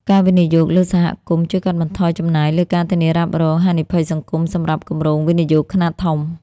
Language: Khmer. ការវិនិយោគលើសហគមន៍ជួយកាត់បន្ថយចំណាយលើការធានារ៉ាប់រងហានិភ័យសង្គម សម្រាប់គម្រោងវិនិយោគខ្នាតធំ។